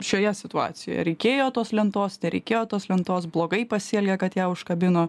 šioje situacijoje reikėjo tos lentos nereikėjo tos lentos blogai pasielgė kad ją užkabino